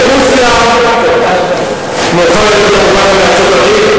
מטוסי כיבוי לסיוע מטורקיה,